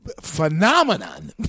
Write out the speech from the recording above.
phenomenon